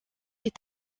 est